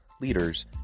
leaders